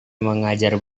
mengajar